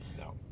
No